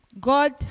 God